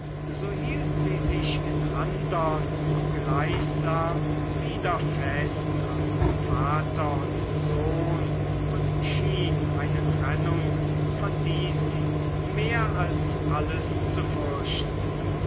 so hielt sie sich in andern gleichsam wieder fest an vater und sohn und schien eine trennung von diesen mehr als alles zu fürchten